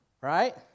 Right